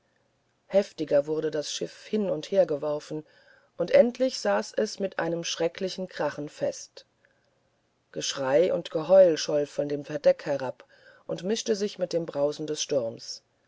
heftiger wurde das schiff hin und her geworfen und endlich saß es mit schrecklichem krachen fest geschrei und geheul scholl von dem verdeck herab und mischte sich mit dem brausen des sturmes